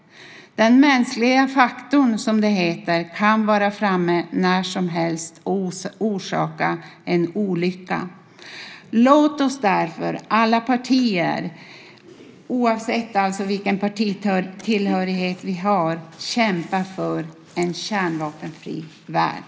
Den mänskliga faktorn, som det heter, kan vara framme när som helst och orsaka en olycka. Låt oss därför alla, oavsett vilken partitillhörighet vi har, kämpa för en kärnvapenfri värld!